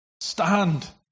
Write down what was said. stand